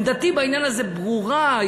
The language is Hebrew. עמדתי בעניין הזה ברורה,